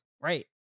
Right